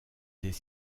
des